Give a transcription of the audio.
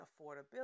affordability